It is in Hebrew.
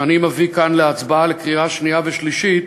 שאני מביא כאן להצבעה בקריאה שנייה ושלישית,